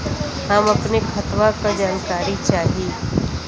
हम अपने खतवा क जानकारी चाही?